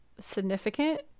significant